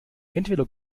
entweder